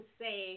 say